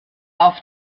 auf